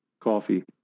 Coffee